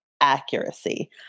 accuracy